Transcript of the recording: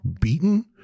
beaten